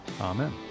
amen